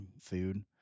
food